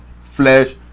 flesh